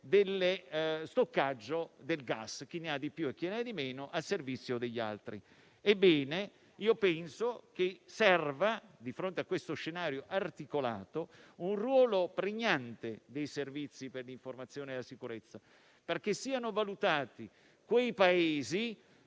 dello stoccaggio del gas (chi ne ha di più e chi ne ha di meno) al servizio degli altri. Penso che, di fronte a questo scenario articolato, serva un ruolo pregnante dei Servizi per l'informazione e la sicurezza, perché siano valutati quei Paesi con